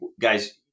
guys